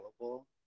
available